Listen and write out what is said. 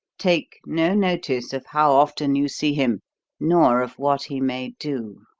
take no notice of how often you see him nor of what he may do.